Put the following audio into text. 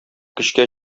көчкә